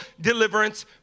deliverance